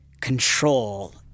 control